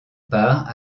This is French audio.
part